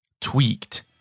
tweaked